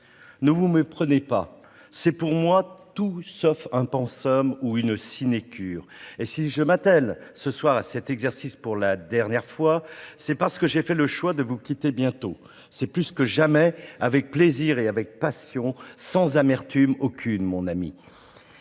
Ne vous méprenez pas : pour moi, c'est tout sauf un pensum ou une sinécure ! Et si je m'attelle ce soir à cet exercice pour la dernière fois, parce que j'ai fait le choix de vous quitter bientôt, c'est plus que jamais avec plaisir et passion, sans amertume aucune. Je suis